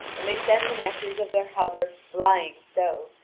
and they send the meshes of their hauberks flying so,